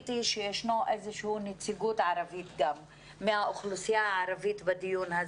שראיתי בדיון הזה נציג כלשהו מהאוכלוסייה הערבית.